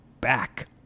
back